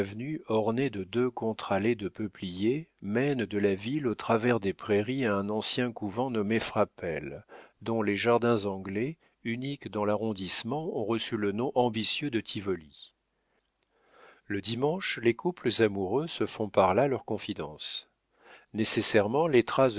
ornée de deux contre-allées de peupliers mène de la ville au travers des prairies à un ancien couvent nommé frapesle dont les jardins anglais uniques dans l'arrondissement ont reçu le nom ambitieux de tivoli le dimanche les couples amoureux se font par là leurs confidences nécessairement les traces